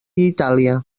itàlia